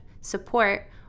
support